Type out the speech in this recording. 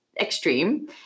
extreme